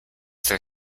their